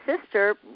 sister